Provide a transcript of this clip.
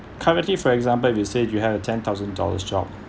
currently for example if you say you had a ten thousand dollars job